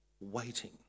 waiting